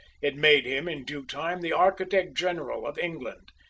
it made him, in due time, the architect-general of england,